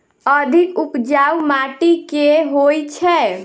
अधिक उपजाउ माटि केँ होइ छै?